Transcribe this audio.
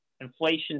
inflation